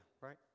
right